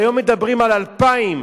והיום מדברים על 2,000,